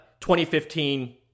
2015